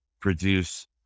produce